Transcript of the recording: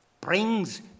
brings